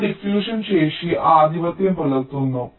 ആ ഡിഫ്യുഷൻ ശേഷി ആധിപത്യം പുലർത്തുന്നു